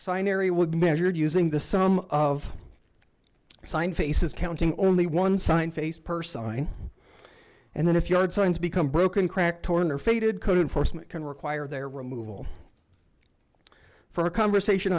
sign area would be measured using the sum of sign faces counting only one sign faced person and then if yard signs become broken cracked torn or faded code enforcement can require their removal for a conversation